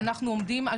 אנחנו עומדים על